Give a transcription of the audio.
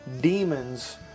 demons